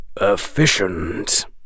efficient